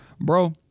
bro